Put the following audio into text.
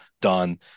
done